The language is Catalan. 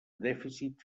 dèficit